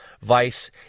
vice